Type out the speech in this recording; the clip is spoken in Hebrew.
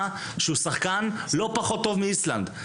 שהוא שחקן לא פחות טוב מהשחקנים באיסלנד?